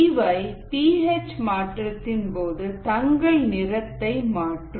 இவை p H மாற்றத்தின் போது தங்கள் நிறத்தை மாற்றும்